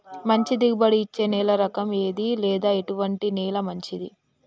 మంచి దిగుబడి ఇచ్చే నేల రకం ఏది లేదా ఎటువంటి నేల మంచిది?